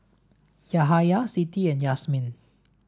Yahaya Siti and Yasmin